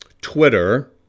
Twitter